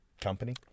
Company